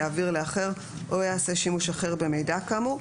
יעביר לאחר או יעשה שימוש אחר במידע כאמור.